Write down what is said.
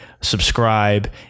subscribe